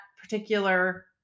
particular